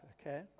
okay